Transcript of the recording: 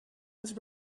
was